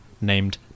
named